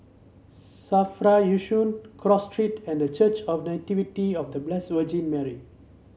Safra Yishun Cross Street and Church of Nativity of The Blessed Virgin Mary